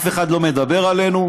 אף אחד לא מדבר עלינו,